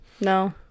No